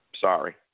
Sorry